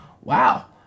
wow